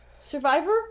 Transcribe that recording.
Survivor